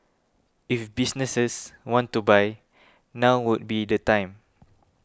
if businesses want to buy now would be the time